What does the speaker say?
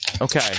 okay